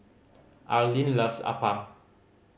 Arlin loves appam